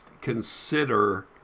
consider